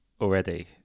already